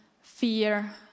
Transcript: fear